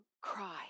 cry